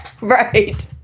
Right